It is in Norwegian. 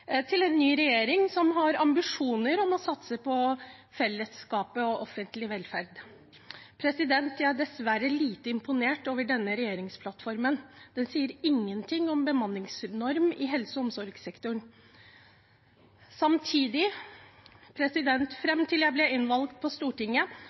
til en ny regjering som har ambisjoner om å satse på fellesskapet og offentlig velferd. Jeg er dessverre lite imponert over denne regjeringsplattformen. Den sier ingenting om bemanningsnorm i helse- og omsorgssektoren.